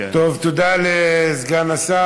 טוב, תודה לסגן השר.